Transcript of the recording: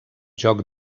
joc